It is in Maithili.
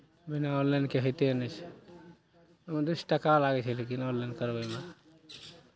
बिना ऑनलाइनके होइते नहि छै उन्नैस टाका लागै छै लेकिन ऑनलाइन करबयमे